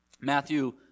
Matthew